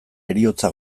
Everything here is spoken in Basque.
heriotza